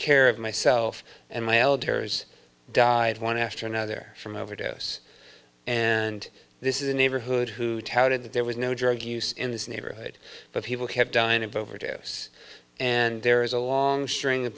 care of myself and my elders died one after another from overdose and this is a neighborhood who touted that there was no drug use in this neighborhood but people kept dying of overdose and there is a long string